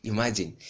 Imagine